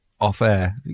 off-air